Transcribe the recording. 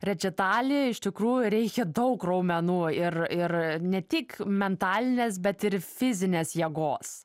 rečitalį iš tikrųjų reikia daug raumenų ir ir ne tik mentalinės bet ir fizinės jėgos